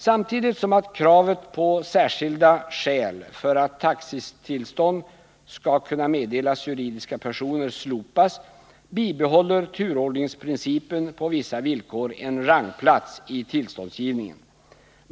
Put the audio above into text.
Samtidigt som kravet på särskilda skäl slopas för att taxitillstånd skall kunna meddelas juridiska personer, bibehåller turordningsprincipen på vissa villkor en rangplats vid tillståndsgivningen.